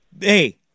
hey